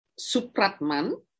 Supratman